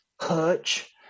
Hutch